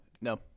No